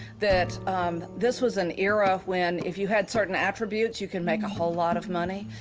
that this was an era when if you had certain attributes, you can make a whole lot of money,